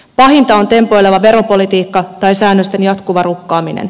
pahinta on tempoileva veropolitiikka tai säännösten jatkuva rukkaaminen